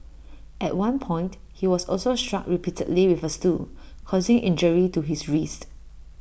at one point he was also struck repeatedly with A stool causing injury to his wrist